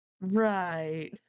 Right